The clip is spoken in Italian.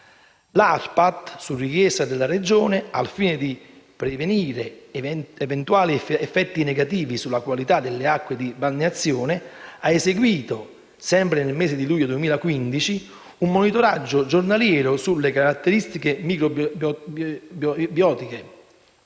(ARPAT), su richiesta della Regione, al fine di prevenire eventuali effetti negativi sulla qualità delle acque di balneazione ha eseguito, sempre nel mese di luglio 2015, un monitoraggio giornaliero sulle caratteristiche microbiotiche